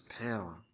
power